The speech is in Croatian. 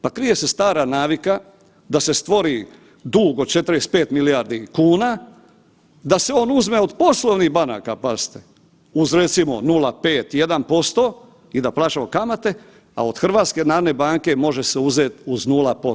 Pa krije se stara navika da se stvori dug od 45 milijardi kuna, da se on uzme od poslovnih banaka, pazite, uz recimo 0,5-1% i da plaćamo kamate, a od HNB može se uzet uz 0%